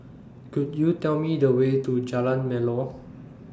Could YOU Tell Me The Way to Jalan Melor